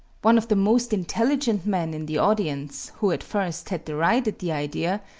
one of the most intelligent men in the audience, who at first had derided the idea,